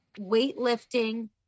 weightlifting